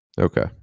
Okay